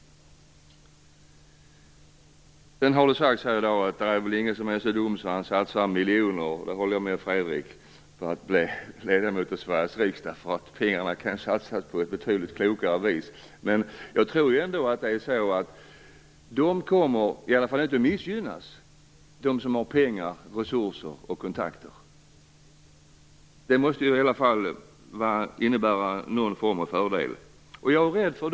Det har också sagts här i dag att ingen väl är så dum att han satsar miljoner - där håller jag med Fredrik Reinfeldt - på att bli ledamot i Sveriges riksdag. De pengarna kan ju satsas på ett betydligt klokare vis. Men jag tror ändå att de som har pengar, resurser och kontakter i alla fall inte kommer att missgynnas. Det måste i alla fall innebära någon form av fördel. En sak är jag rädd för.